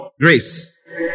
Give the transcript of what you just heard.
Grace